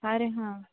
अरे हां